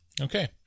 okay